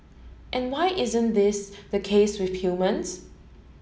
and why isn't this the case with humans